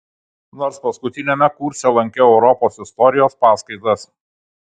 nors paskutiniame kurse lankiau europos istorijos paskaitas